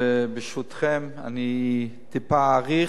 ברשותכם, טיפה אאריך.